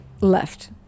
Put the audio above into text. left